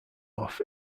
off